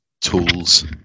tools